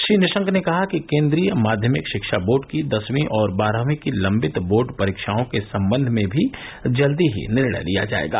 श्री निशंक ने कहा कि केन्द्रीय माध्यमिक शिक्षा बोर्ड की दसवीं और बारहवीं की लंबित बोर्ड परीक्षाओं के संबंध में भी जल्दी ही निर्णय लिया जाएगा